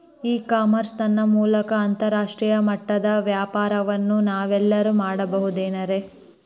E commerce ನ ಮೂಲಕ ಅಂತರಾಷ್ಟ್ರೇಯ ಮಟ್ಟದ ವ್ಯಾಪಾರವನ್ನು ನಾವೆಲ್ಲರೂ ಮಾಡುವುದೆಂದರೆ?